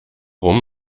rum